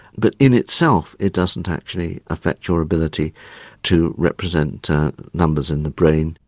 but in itself it doesn't actually affect your ability to represent numbers in the brain.